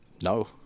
no